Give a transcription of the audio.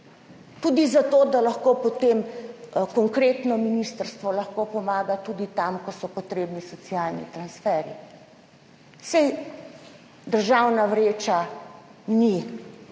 tudi zato, da lahko potem konkretno ministrstvo pomaga tudi tam, kjer so potrebni socialni transferji. Saj državna vreča ni nekaj,